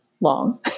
long